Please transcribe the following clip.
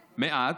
מעט,